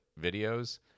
videos